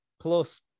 Plus